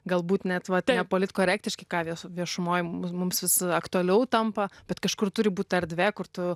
galbūt net vat nepolitkorektiški ką jos viešumoj mu mums vis aktualiau tampa bet kažkur turi būti erdvė kur tu